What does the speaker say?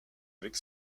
avec